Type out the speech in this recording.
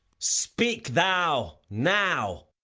speak thou now.